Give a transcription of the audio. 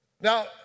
Now